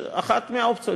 זו אחת מהאופציות.